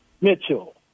Mitchell